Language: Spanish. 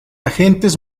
agentes